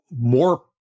more